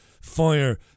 fire